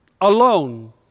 alone